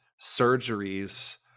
surgeries